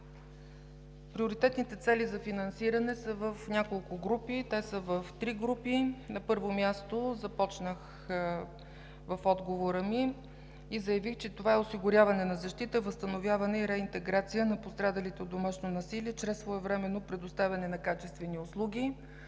Приоритетните цели за финансиране са в няколко групи. Те са в три групи. На първо място, започнах в отговора ми и заявих, че това е осигуряване на защита, възстановяване и реинтеграция на пострадалите от домашно насилие чрез своевременно предоставяне на качествени услуги.